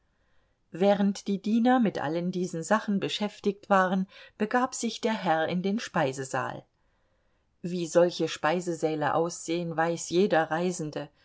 während die diener mit allen diesen sachen beschäftigt waren begab sich der herr in den speisesaal wie solche speisesäle aussehen weiß jeder reisende